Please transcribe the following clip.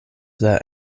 that